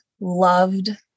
loved